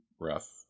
rough